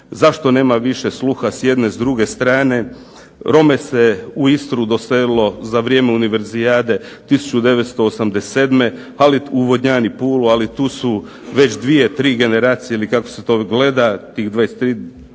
zašto nema više sluha s jedne i s druge strane. Romi su se u Istru doselili za vrijeme Univerzijade 1987. ali u Vodnjan i Pulu, tu su već tri ili četiri generacije kako se to gleda, tih 23 i više